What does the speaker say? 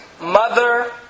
mother